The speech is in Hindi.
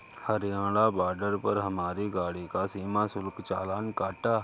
हरियाणा बॉर्डर पर हमारी गाड़ी का सीमा शुल्क चालान कटा